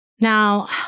Now